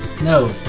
No